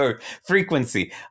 frequency